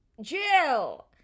Jill